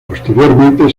posteriormente